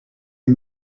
les